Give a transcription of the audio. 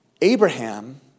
Abraham